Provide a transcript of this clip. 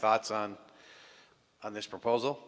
thoughts on on this proposal